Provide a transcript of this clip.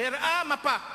הראה מפה.